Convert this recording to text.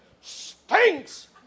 stinks